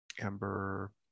amber